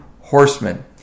horsemen